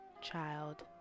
child